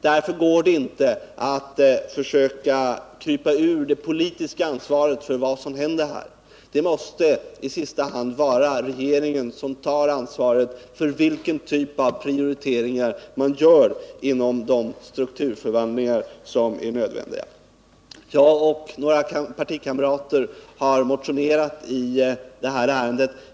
Därför går det inte att försöka krypa bort från det politiska ansvaret för vad som händer i detta fall. Det måste i sista hand vara regeringen som tar ansvaret för vilken typ av prioriteringar man gör vid de strukturomvandlingar som är nödvändiga. Jag och några partikamrater har motionerat i detta ärende.